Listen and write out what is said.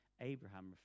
Abraham